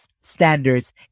standards